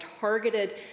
targeted